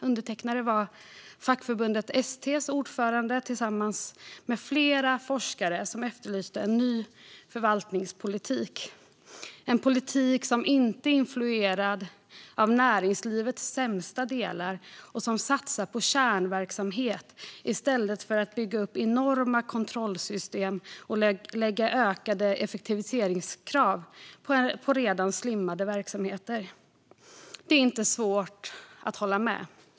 Undertecknare var fackförbundet ST:s ordförande tillsammans med flera forskare, och de efterlyste en ny förvaltningspolitik - en politik som inte är influerad av näringslivets sämsta delar och som satsar på kärnverksamhet i stället för att bygga upp enorma kontrollsystem och lägga ökade effektiviseringskrav på redan slimmade verksamheter. Det är inte svårt att hålla med.